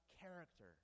character